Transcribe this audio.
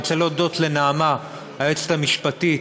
אני רוצה להודות לנעמה, היועצת המשפטית,